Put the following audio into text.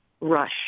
Rush